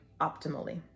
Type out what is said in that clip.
optimally